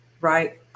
Right